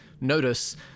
notice